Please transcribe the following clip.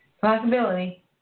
Possibility